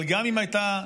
אבל גם אם הייתה,